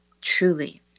truly